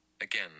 Again